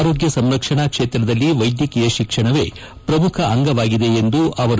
ಆರೋಗ್ಯ ಸಂರಕ್ಷಣಾ ಕ್ಷೇತ್ರದಲ್ಲಿ ವೈದ್ಯಕೀಯ ಶಿಕ್ಷಣವೇ ಪ್ರಮುಖ ಅಂಗವಾಗಿದೆ ಎಂದರು